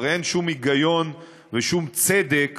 הרי אין שום היגיון ושום צדק